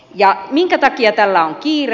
ja minkä takia tällä on kiire